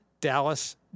dallas